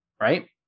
right